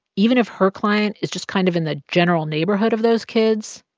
even if her client is just kind of in the general neighborhood of those kids,